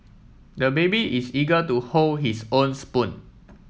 the baby is eager to hold his own spoon